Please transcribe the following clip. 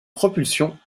propulsion